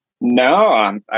No